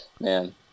Man